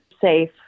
safe